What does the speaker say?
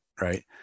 right